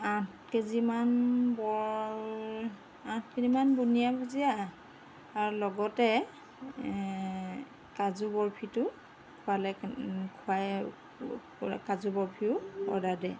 আঠ কেজিমান বৰ আঠ কেজিমান বুন্দিয়া ভুজিয়া আৰু লগতে কাজু বৰফিটো খোৱালে খোৱাই কাজু বৰফিও অৰ্ডাৰ দে